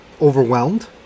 overwhelmed